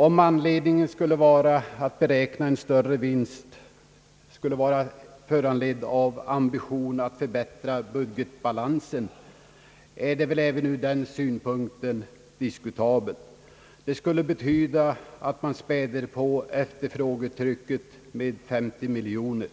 Om anledningen att beräkna en större vinst är ambitionen att förbättra budgetbalansen, är väl åtgärden även ur den synpunkten diskutabel. Det skulle betyda att man späder på efterfrågetrycket med 50 miljoner kronor.